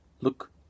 look